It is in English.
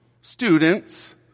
students